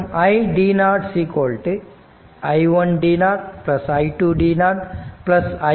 மற்றும் i t i 1 t i 2 t